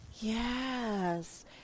Yes